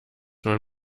man